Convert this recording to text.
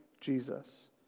Jesus